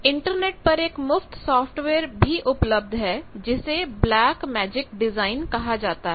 internet पर एक मुफ्त सॉफ्टवेयर भी उपलब्ध है जिसे ब्लैक मैजिक डिजाइन कहा जाता है